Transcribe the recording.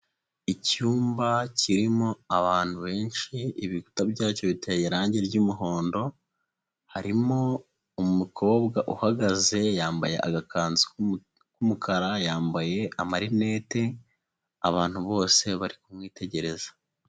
Icyumba kirimo abantu benshi, ibikuta byacyo biteye irangi ry'umuhondo, harimo umukobwa uhagaze yambaye agakanzu k'umukara, yambaye amarinete, abantu bose bari kumwitegereza.